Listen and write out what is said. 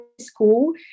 school